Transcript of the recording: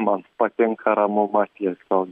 man patinka ramumas tiesos